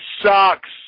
sucks